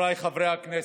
ההצעה.